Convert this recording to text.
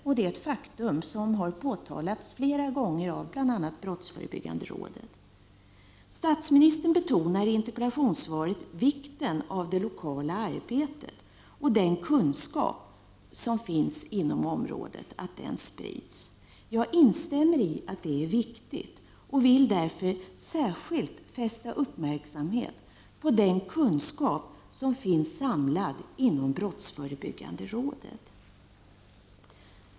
Det är ett faktum som har påtalats flera gånger, bl.a. av brottsförebyggande rådet. Statsministern betonar i interpellationssvaret vikten av det lokala arbetet och av att den kunskap som finns inom området sprids. Jag instämmer i att det är viktigt, och jag vill därför särskilt fästa uppmärksamheten på den kunskap som finns samlad inom brottsförebyggande rådet.